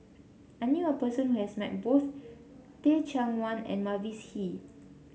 I knew a person who has met both Teh Cheang Wan and Mavis Hee